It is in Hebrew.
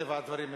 מטבע הדברים,